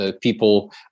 people